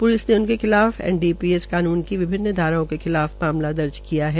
police ने इनके खिलाफ एनडीपीएस कानून के विभिन्न धाराओं के खिलाफ मामला दर्ज किया है